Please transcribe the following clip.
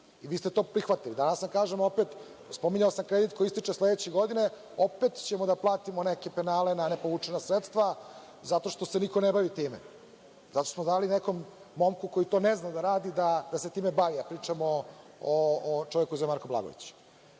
i vi ste to prihvatili. Danas vam kažemo opet, spominjao sam kredit koji ističe sledeće godine, opet ćemo da platimo neke penale na nepovučena sredstva, zato što se niko ne bavi time, zato što smo dali nekom momku koji to ne zna da radi da se time bavi, a pričam o čoveku koji se zove Marko Blagojević.